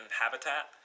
habitat